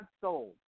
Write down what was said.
sold